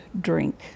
drink